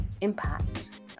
impact